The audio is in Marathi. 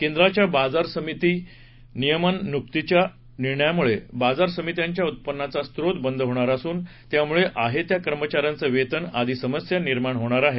केंद्राच्या बाजार समिती नियमनमुक्तीच्या निर्णयामुळे बाजार समित्यांचा उत्पन्नाचा स्रोत बंद होणार असून त्यामुळे आहे कर्मचा यांचं वेतन आदी समस्या निर्माण होणार आहेत